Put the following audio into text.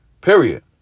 period